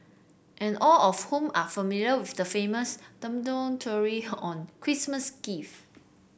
and all of whom are familiar with the famous Dumbledore theory on Christmas gifts